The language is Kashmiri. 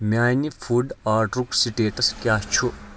میانِہ فوٚڈ آڈرُک سٹیٹس کیاہ چھُ ؟